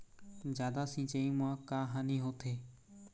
जादा सिचाई म का हानी होथे?